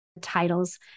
titles